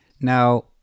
Now